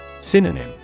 Synonym